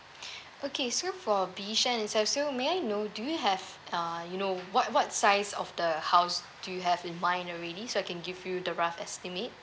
okay so for bishan itself so may I know do you have uh you know what what size of the house do you have in mind already so I can give you the rough estimate